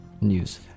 news